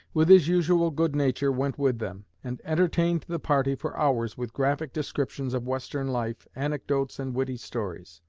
with his usual good nature, went with them, and entertained the party for hours with graphic descriptions of western life, anecdotes and witty stories.